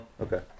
Okay